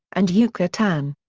and yuca tan.